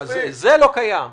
-- זה לא קיים.